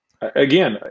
Again